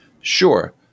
Sure